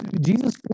jesus